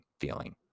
feeling